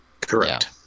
correct